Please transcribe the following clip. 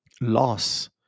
loss